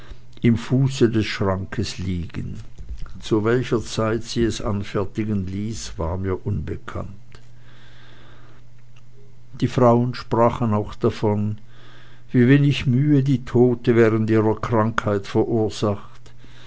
im fuße des schrankes liegen zu welcher zeit sie es anfertigen ließ war mir unbekannt die frauen sprachen auch davon wie wenig mühe die tote während ihrer krankheit verursacht